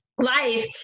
life